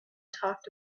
talked